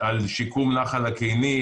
על שיקום נחל הקיני,